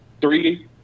three